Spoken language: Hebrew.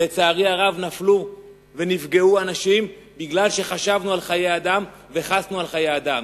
לצערי הרב נפלו ונפגעו אנשים משום שחשבנו על חיי אדם וחסנו על חיי אדם.